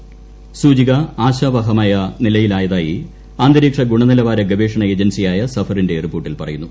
്സൂചിക ആശാവഹമായ നിലയിലായതായി അന്തരീക്ഷ ഗുണനിലവാര ഗവേഷണ ഏജൻസിയായ സഫറിന്റെ റിപ്പോർട്ടിൽ പറയുന്നു